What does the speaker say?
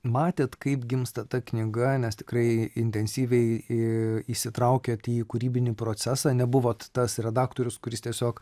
matėt kaip gimsta ta knyga nes tikrai intensyviai i įsitraukėt į kūrybinį procesą nebuvot tas redaktorius kuris tiesiog